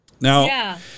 Now